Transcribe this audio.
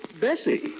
Bessie